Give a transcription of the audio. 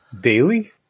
daily